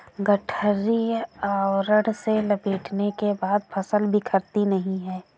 गठरी आवरण से लपेटने के बाद फसल बिखरती नहीं है